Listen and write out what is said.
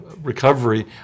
recovery